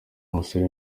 umusore